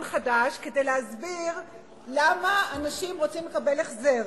חדש כדי להסביר למה אנשים רוצים לקבל החזר.